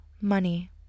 money